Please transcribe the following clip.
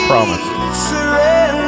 Promise